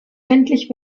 endlich